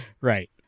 Right